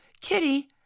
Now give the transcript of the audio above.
kitty